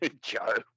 Joe